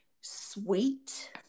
sweet